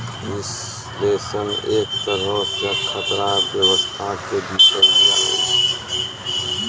विश्लेषण एक तरहो से खतरा व्यवस्था के भीतर भी आबै छै